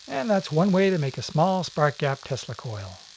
and that's one way to make a small spark gap tesla coil.